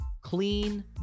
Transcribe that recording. clean